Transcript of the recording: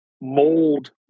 mold